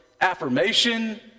affirmation